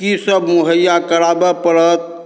कीसब मुहैआ कराबऽ पड़त